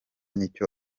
n’icyo